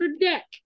deck